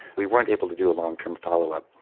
we weren't able to do a long-term follow-up.